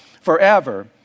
forever